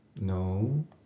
no